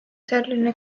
selline